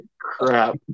Crap